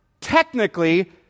technically